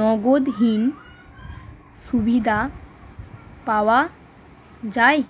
নগদহীন সুবিধা পাওয়া যায়